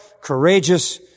courageous